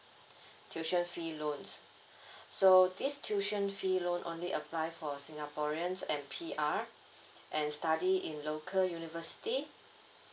tuition fee loans so this tuition fee loan only apply for singaporeans and P_R and study in local university